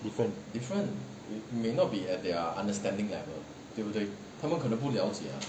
different